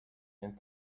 and